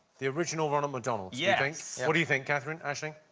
the original ronald mcdonald. yes! what do you think, catherine aisling?